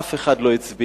אף אחד לא הצביע.